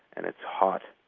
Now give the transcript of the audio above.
and it's hot,